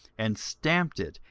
and stamped it,